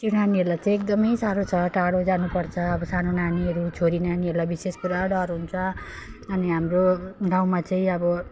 त्यो नानीहरूलाई चाहिँ एकदमै साह्रो छ टाढो जानुपर्छ अब सानो नानीहरू छोरी नानीहरूलाई विशेष पुरा डर हुन्छ अनि हाम्रो गाउँमा चाहिँ अब